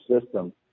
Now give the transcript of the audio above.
system